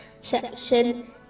section